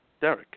Derek